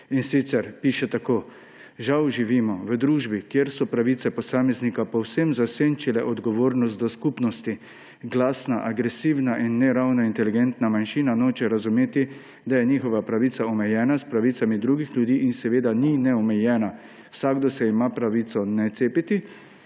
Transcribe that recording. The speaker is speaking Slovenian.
In sicer piše takole: »Žal živimo v družbi, kjer so pravice posameznika povsem zasenčile odgovornost do skupnosti. Glasna agresivna in ne ravno inteligentna manjšina noče razumeti, da je njihova pravica omejena s pravicami drugih ljudi in seveda ni neomejena. Vsakdo se ima pravico ne cepiti